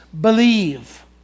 believe